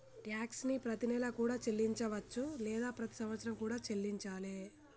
tax ని ప్రతినెలా కూడా చెల్లించవచ్చు లేదా ప్రతి సంవత్సరం కూడా చెల్లించాలే